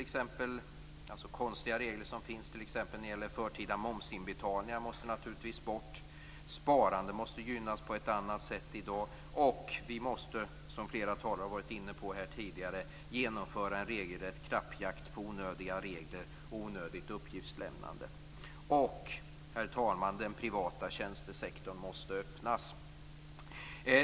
De konstiga regler som t.ex. finns för förtida momsinbetalningar måste naturligtvis bort. Sparandet måste i dag gynnas på ett annat sätt, och vi måste - som flera tidigare talare varit inne på - genomföra en regelrätt klappjakt på onödiga regler och onödigt uppgiftslämnande. Dessutom, herr talman, måste den privata tjänstesektorn öppnas.